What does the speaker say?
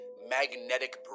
magnetic